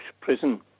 prison